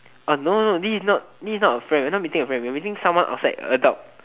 oh no this is not this is not a friend we're not meeting a friend we're meeting someone outside adult